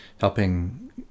helping